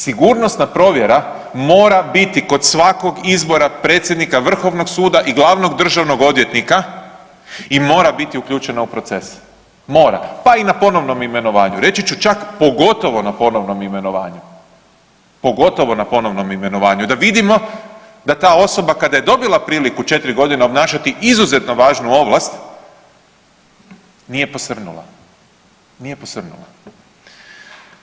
Sigurnosna provjera mora biti kod svakog izbora predsjednika Vrhovnog suda i Glavnog državnog odvjetnika i mora biti uključena u proces, mora, pa i na ponovnom imenovanju, reći ću čak pogotovo na ponovnom imenovanju, pogotovo na ponovnom imenovanju, da vidimo da ta osoba kada je dobila priliku 4 godine obnašati izuzetno važnu ovlast nije posrnula, nije posrnula.